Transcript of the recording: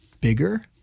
bigger